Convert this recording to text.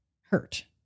hurt